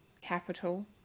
capital